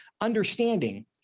understanding